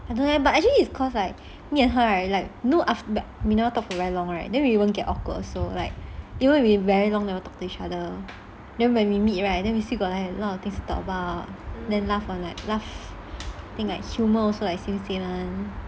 I don't know leh but actually it's cause like me and her right you know after we never talk for very long right then we won't get awkward also like even we very long never talk to each other then when we meet right then we still got a lot of things to talk about then laugh on like laugh I think like humour also like same same one